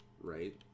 right